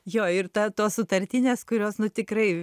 jo ir ta tos sutartinės kurios nu tikrai